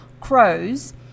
crows